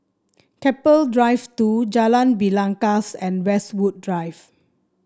Keppel Drive Two Jalan Belangkas and Westwood Drive